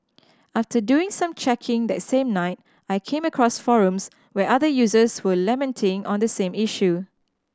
after doing some checking that same night I came across forums where other users were lamenting on the same issue